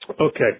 Okay